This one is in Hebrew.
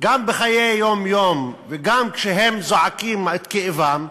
גם בחיי היום-יום וגם כשהם זועקים את כאבם,